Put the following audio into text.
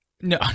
No